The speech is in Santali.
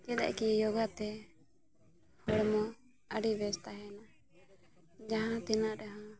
ᱪᱮᱫᱟᱜ ᱠᱤ ᱡᱳᱜᱟᱛᱮ ᱦᱚᱲᱢᱚ ᱟᱹᱰᱤ ᱵᱮᱥ ᱛᱟᱦᱮᱱᱟ ᱡᱟᱦᱟᱸ ᱛᱤᱱᱟᱹᱜ ᱨᱮᱦᱚᱸ